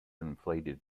inflated